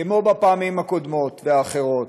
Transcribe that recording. כמו בפעמים הקודמות והאחרות.